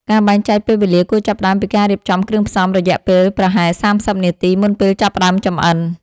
ការបែងចែកពេលវេលាគួរចាប់ផ្ដើមពីការរៀបចំគ្រឿងផ្សំ រយៈពេលប្រហែល ៣០ នាទីមុនពេលចាប់ផ្ដើមចម្អិន។